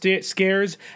scares